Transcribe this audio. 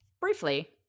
Briefly